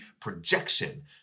projection